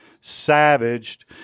savaged